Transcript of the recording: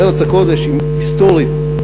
ארץ הקודש היא היסטורית,